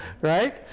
right